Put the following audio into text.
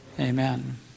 Amen